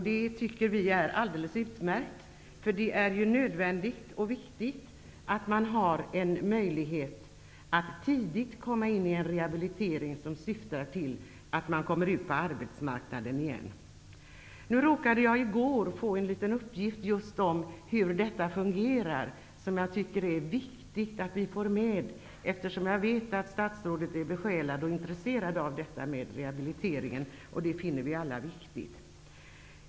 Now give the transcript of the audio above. Vi tycker att det är alldeles utmärkt, för det är nödvändigt och viktigt att möjligheten finns att tidigt komma in i en rehabilitering som syftar till att man kommer ut på arbetsmarknaden igen. I går råkade jag få del av en uppgift just om hur detta fungerar. Jag tycker att det är viktigt att den kommer med här. Jag vet ju att statsrådet är besjälad och intresserad av detta med rehabilitering, som vi alla finner så viktigt.